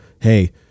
hey